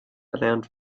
erlernt